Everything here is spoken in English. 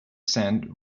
sand